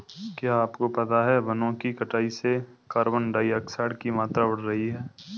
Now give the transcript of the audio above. क्या आपको पता है वनो की कटाई से कार्बन डाइऑक्साइड की मात्रा बढ़ रही हैं?